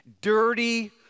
dirty